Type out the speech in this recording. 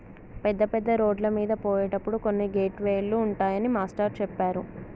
పెద్ద పెద్ద రోడ్లమీద పోయేటప్పుడు కొన్ని గేట్ వే లు ఉంటాయని మాస్టారు చెప్పారు